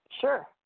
Sure